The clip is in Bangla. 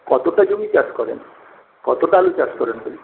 কতটা জমি চাষ করেন কতটা আলু চাষ করেন